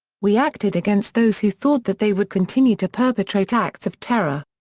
we acted against those who thought that they would continue to perpetrate acts of terror.